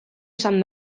izan